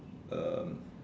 um